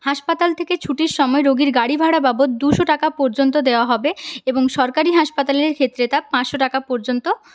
হাসপাতাল থেকে ছুটির সময় রোগীর গাড়ি ভাড়া বাবদ দুশো টাকা পর্যন্ত দেওয়া হবে এবং সরকারি হাসপাতালের ক্ষেত্রে তা পাঁচশো টাকা পর্যন্ত